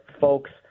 folks